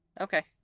Okay